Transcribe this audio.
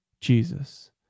Jesus